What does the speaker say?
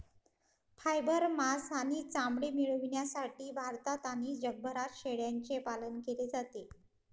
fibre, मांस आणि चामडे मिळविण्यासाठी भारतात आणि जगभरात शेळ्यांचे पालन केले जाते